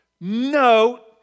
No